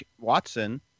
Watson